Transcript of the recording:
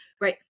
right